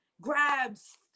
grabs